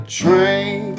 train